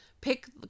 pick